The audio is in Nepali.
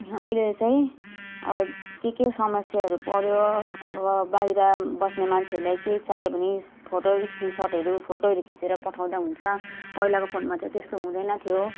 अहिले चाहिँ अब के के समस्याहरू पऱ्यो अब बाहिर बस्ने मान्छेहरूलाई केही चाहियो भने फोटो स्क्रिनसटहरू फोटोहरू खिचेर पठाउँदा हुन्छ पहिलाको फोनमा त त्यस्तो हुँदैन थियो